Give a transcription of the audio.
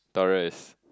Taurus